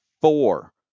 four